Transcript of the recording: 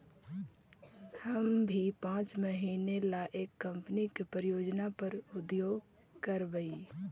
हम भी पाँच महीने ला एक कंपनी की परियोजना पर उद्योग करवई